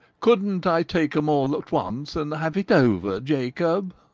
couldn't i take em all at once, and have it over, jacob?